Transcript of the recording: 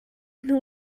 hnu